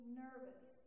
nervous